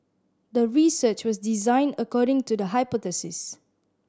the research was designed according to the hypothesis